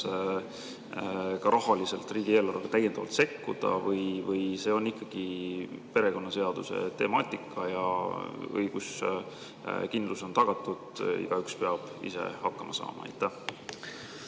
rahaliselt täiendavalt sekkuda või see on ikkagi perekonnaseaduse temaatika ja õiguskindlus on tagatud, igaüks peab ise hakkama saama? Aitäh